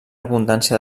abundància